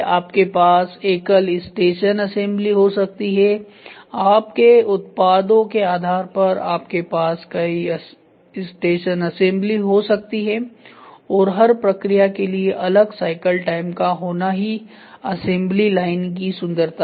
आपके पास एकल स्टेशन असेंबली हो सकती है आपके उत्पादों के आधार पर आपके पास कई स्टेशन असेंबली भी हो सकती हैं और हर प्रक्रिया के लिए अलग साइकिल टाइम का होना ही असेंबली लाइन की सुंदरता है